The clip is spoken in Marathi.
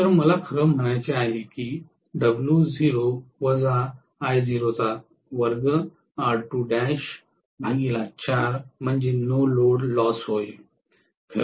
तर मला खरंच म्हणायचे आहे की म्हणजे नो लोड लॉस होयं